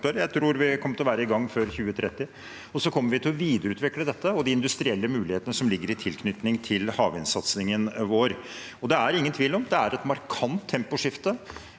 Jeg tror vi kommer til å være i gang før 2030. Vi kommer til å videreutvikle dette og de industrielle mulighetene som ligger i tilknytning til havvindsatsingen vår. Det er ingen tvil om at det er et markant temposkifte.